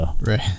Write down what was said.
Right